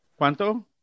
¿Cuánto